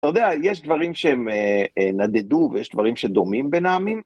‫אתה יודע, יש דברים שהם נדדו ‫ויש דברים שדומים בין העמים.